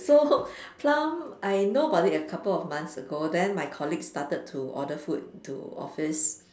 so Plum I know about it a couple of months ago then my colleague started to order food to office